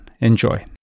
Enjoy